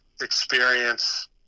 experience